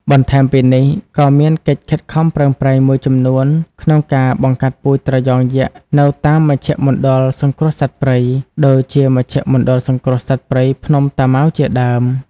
បន្ថែមពីនេះ ក៏មានកិច្ចខិតខំប្រឹងប្រែងមួយចំនួនក្នុងការបង្កាត់ពូជត្រយងយក្សនៅតាម មជ្ឈមណ្ឌលសង្គ្រោះសត្វព្រៃ ដូចជាមជ្ឈមណ្ឌលសង្គ្រោះសត្វព្រៃភ្នំតាម៉ៅជាដើម។